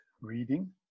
reading